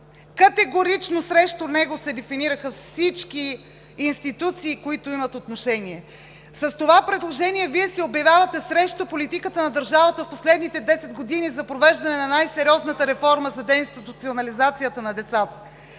Категорично срещу него се дефинираха всички институции, които имат отношение. С това предложение Вие се обявявате срещу политиката на държавата в последните 10 г. за провеждане на най-сериозната реформа за деинституционализацията на децата.